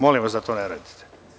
Molim vas da to ne radite.